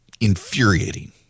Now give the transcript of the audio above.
infuriating